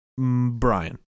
Brian